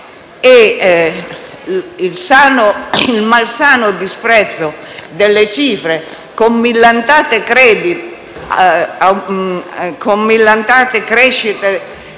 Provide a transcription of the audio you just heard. il malsano disprezzo delle cifre con millantate crescite